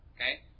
Okay